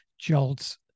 jolts